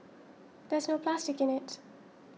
there's no plastic in it